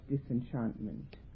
disenchantment